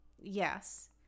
yes